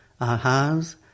Ahaz